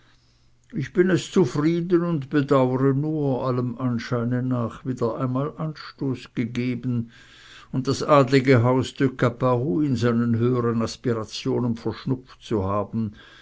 ich bin es zufrieden und bedauere nur allem anscheine nach wieder einmal anstoß gegeben und das adlige haus de caparoux in seinen höheren aspirationen verschnupft zu haben